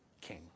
king